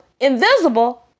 invisible